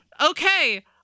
Okay